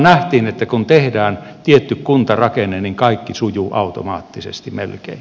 nähtiin että kun tehdään tietty kuntarakenne niin kaikki sujuu automaattisesti melkein